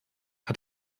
hat